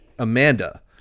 Amanda